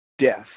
death